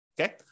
Okay